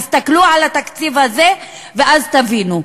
תסתכלו על התקציב הזה, ואז תבינו.